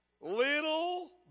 Little